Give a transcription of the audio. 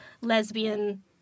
lesbian